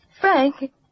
Frank